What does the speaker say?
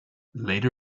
later